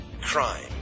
Crime